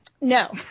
No